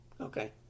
Okay